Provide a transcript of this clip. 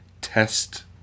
test